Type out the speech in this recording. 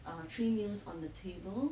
ah three meals on the table